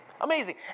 Amazing